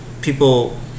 people